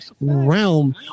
realm